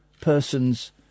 person's